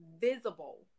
visible